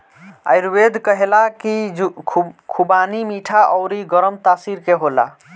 आयुर्वेद कहेला की खुबानी मीठा अउरी गरम तासीर के होला